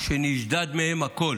שנשדד מהם הכול.